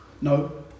No